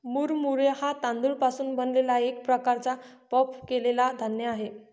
मुरमुरे हा तांदूळ पासून बनलेला एक प्रकारचा पफ केलेला धान्य आहे